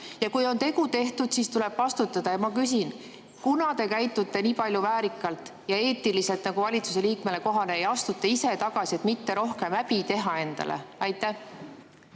Ja kui on tegu tehtud, siis tuleb vastutada. Ma küsin: kunas te käitute nii palju väärikalt ja eetiliselt, nagu valitsuse liikmele kohane, ja astute ise tagasi, et mitte rohkem häbi teha endale? Aitäh,